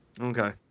Okay